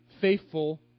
faithful